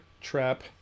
Trap